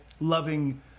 loving